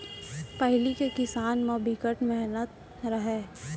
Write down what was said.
पहिली के किसानी म बिकट के मेहनत रहय